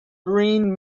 green